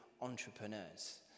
entrepreneurs